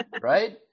right